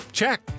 check